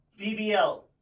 BBL